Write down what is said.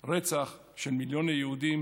רצח של מיליוני יהודים,